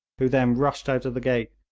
who then rushed out of the gate,